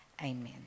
amen